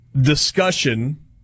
discussion